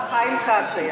סליחה, חיים כץ היה.